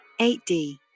8D